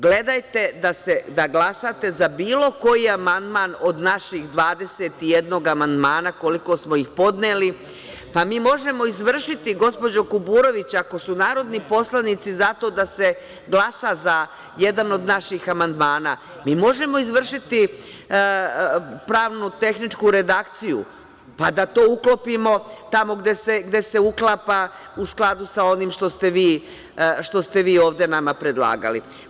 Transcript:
Gledajte da glasate za bilo koji amandman od naših 21 amandmana koliko smo ih podneli, pa mi možemo izvršiti, gospođo Kuburović, ako su narodni poslanici za to da se glasa za jedan od naših amandmana, mi možemo izvršiti pravno-tehničku redakciju pa da to uklopimo tamo gde se uklapa u skladu sa ovim što ste vi ovde nama predlagali.